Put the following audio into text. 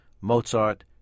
Mozart